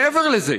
מעבר לזה,